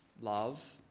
love